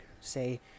Say